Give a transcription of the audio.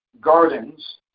gardens